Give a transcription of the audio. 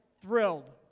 thrilled